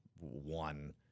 one